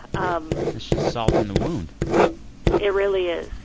um salt in the wound it really is.